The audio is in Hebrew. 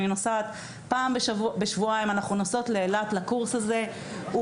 אני נוסעת איתן פעם בשבועיים לקורס הזה באילת.